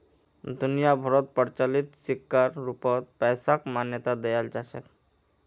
दुनिया भरोत प्रचलित सिक्कर रूपत पैसाक मान्यता दयाल जा छेक